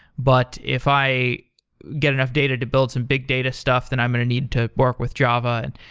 but if i get enough data to build some big data stuff, then i'm going to need to work with java. and